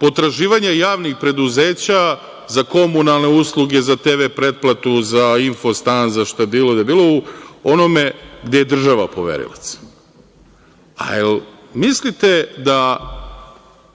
potraživanja javnih preduzeća za komunalne usluge, za TV pretplatu, za „Infostan“, za šta bilo gde je bilo u onome da je država poverilac. Da li mislite da